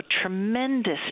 tremendous